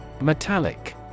Metallic